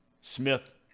Smith